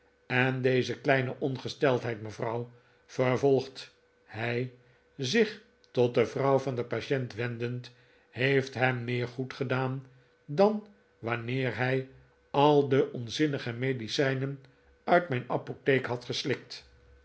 en deze kleine ongesteldheid mevrouw vervolgt hij zich tot de vrouw van den patient wendend heeft hem meer goed gedaan dan wanneer hij al de onzinnige medicijnen uit mijn apotheek had geslikt